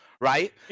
right